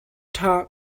ṭha